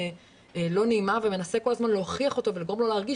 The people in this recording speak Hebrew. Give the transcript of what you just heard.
לא נעימה ומנסה כל הזמן להוכיח אותו ולגרום לו להרגיש